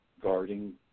guarding